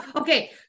okay